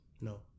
No